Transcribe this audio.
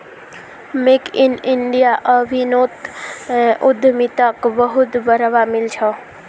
make in India अभियानोत उद्यमिताक बहुत बढ़ावा मिल छ